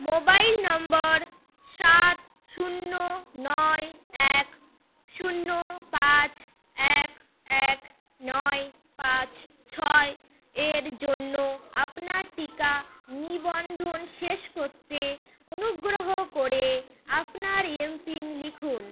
mobile নম্বর সাত শূন্য নয় এক শূন্য পাঁচ এক এক নয় পাঁচ ছয় এর জন্য আপনার টিকা নিবন্ধন শেষ করতে অনুগ্রহ করে আপনার এম পিন লিখুন